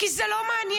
כי זה לא מעניין,